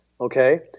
okay